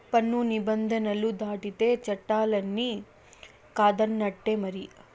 పన్ను నిబంధనలు దాటితే చట్టాలన్ని కాదన్నట్టే మరి